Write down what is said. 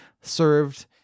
served